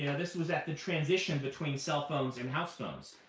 yeah this was at the transition between cell phones and house phones.